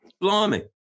blimey